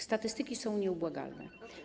Statystyki są nieubłagane.